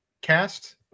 cast